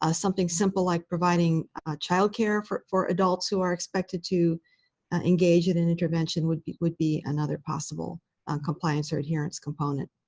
ah something simple like providing childcare for for adults who are expected to engage in an and intervention would be would be another possible compliance or adherence component.